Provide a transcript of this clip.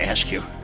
ask you.